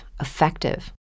effective